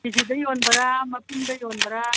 ꯀꯦ ꯖꯤꯗ ꯌꯣꯟꯕꯔꯥ ꯃꯄꯨꯝꯗ ꯌꯣꯟꯕꯔꯥ